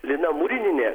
lina murinienė